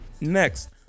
Next